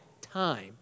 time